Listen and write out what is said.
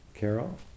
Carol